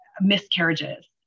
miscarriages